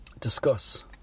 Discuss